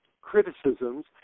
criticisms